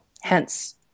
hence